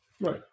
Right